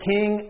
King